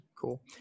Cool